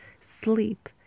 sleep